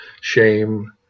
shame